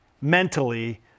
mentally